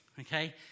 okay